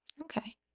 Okay